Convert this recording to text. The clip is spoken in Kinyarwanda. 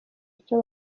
icyo